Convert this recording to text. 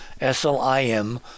S-L-I-M